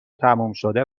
تمومشده